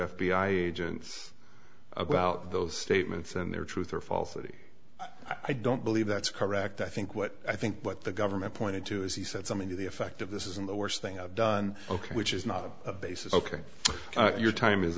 i agents about those statements and their truth or falsity i don't believe that's correct i think what i think what the government pointed to is he said something to the effect of this isn't the worst thing i've done ok which is not a basis ok your time is